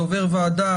זה עובר ועדה,